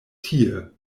tie